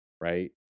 right